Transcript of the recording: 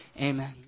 amen